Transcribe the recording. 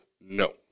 no